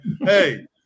Hey